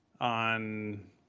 on